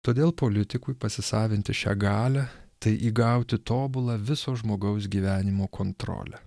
todėl politikui pasisavinti šią galią tai įgauti tobulą viso žmogaus gyvenimo kontrolę